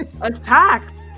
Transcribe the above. attacked